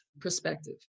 perspective